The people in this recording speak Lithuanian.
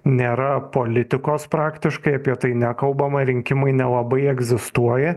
nėra politikos praktiškai apie tai nekalbama rinkimai nelabai egzistuoja